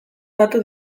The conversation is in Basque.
batu